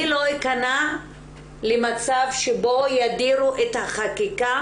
אני לא איכנע למצב שבו ידירו את החקיקה